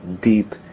deep